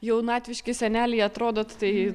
jaunatviški seneliai atrodot tai